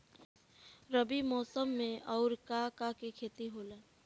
रबी मौसम में आऊर का का के खेती होला?